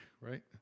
right